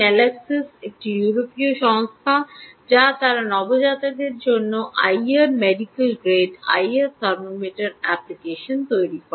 মেলাক্সিস একটি ইউরোপীয় সংস্থা যা তারা নবজাতকের জন্য এই আইআর মেডিকেল গ্রেড আইআর থার্মোমিটারগুলি অ্যাপ্লিকেশন তৈরি করে